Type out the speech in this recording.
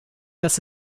dass